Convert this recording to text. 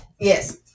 Yes